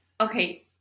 okay